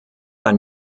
ein